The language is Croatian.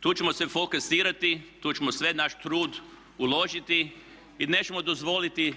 Tu ćemo se fokusirati, tu ćemo sav naš trud uložiti i nećemo dozvoliti